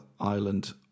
island